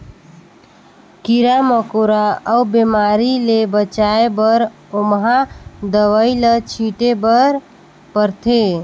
कीरा मकोरा अउ बेमारी ले बचाए बर ओमहा दवई ल छिटे बर परथे